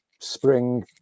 spring